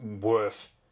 worth